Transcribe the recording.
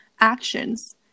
actions